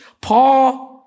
Paul